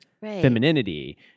femininity